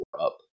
up